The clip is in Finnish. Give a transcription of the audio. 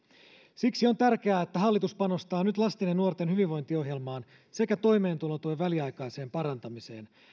siksi on tärkeää että hallitus panostaa nyt lasten ja nuorten hyvinvointiohjelmaan sekä toimeentulotuen väliaikaiseen parantamiseen